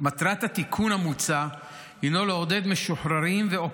מטרת התיקון המוצע היא לעודד משוחררים ו/או